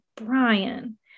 Brian